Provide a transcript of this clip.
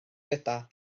gyda